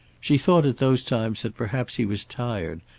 she thought at those times that perhaps he was tired,